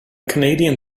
canadian